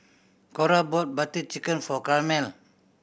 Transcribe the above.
Cora brought Butter Chicken for Carmel